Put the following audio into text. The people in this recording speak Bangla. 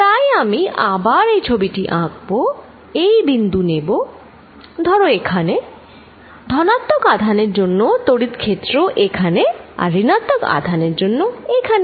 তাই আমি আবার এই ছবিটি আঁকব এই বিন্দু নেব ধর এখানে ধনাত্মক আধানের জন্য তড়িৎ ক্ষেত্র এখানে আর ঋণাত্মক আধানের জন্য এখানে